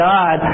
God